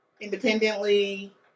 independently